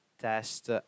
test